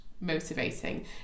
Motivating